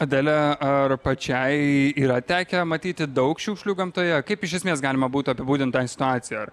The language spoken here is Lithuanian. adele ar pačiai yra tekę matyti daug šiukšlių gamtoje kaip iš esmės galima būtų apibūdint tą situaciją ar